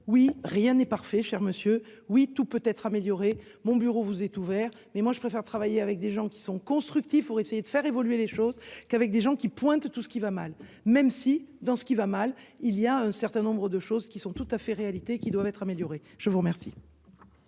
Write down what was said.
oui, rien n'est parfait. Cher monsieur, oui, tout peut être amélioré mon bureau vous êtes ouvert. Mais moi je préfère travailler avec des gens qui sont constructif pour essayer de faire évoluer les choses qu'avec des gens qui pointe tout ce qui va mal, même si dans ce qui va mal, il y a un certain nombre de choses qui sont tout à fait réalité qui doivent être améliorés. Je vous remercie.